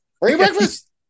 breakfast